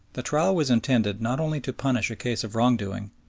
the trial was intended not only to punish a case of wrong-doing,